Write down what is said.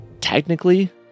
technically